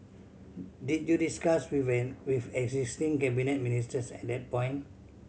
did you discuss with an with existing cabinet ministers at that point